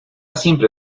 siempre